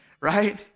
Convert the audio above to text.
Right